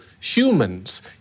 humans